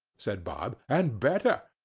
said bob, and better.